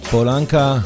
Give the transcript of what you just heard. Polanka